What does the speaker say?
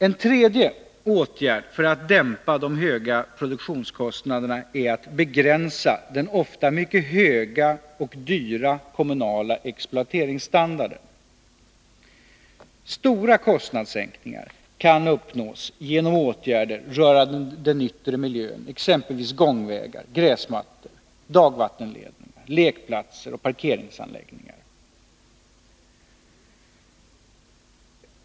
En tredje åtgärd för att dämpa de höga produktionskostnaderna är att begränsa den ofta mycket höga och dyra kommunala exploateringsstandarden. Stora kostnadssänkningar kan uppnås genom åtgärder rörande den yttre miljön, exempelvis gångvägar, gräsmattor, dagvattenledningar, lekplatser och parkeringsanläggningar.